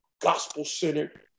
gospel-centered